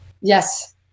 Yes